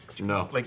No